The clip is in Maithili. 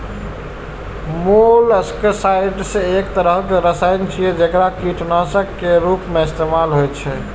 मोलस्कसाइड्स एक तरहक रसायन छियै, जेकरा कीटनाशक के रूप मे इस्तेमाल होइ छै